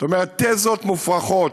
זאת אומרת, תזות מופרכות.